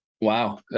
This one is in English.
wow